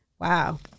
Wow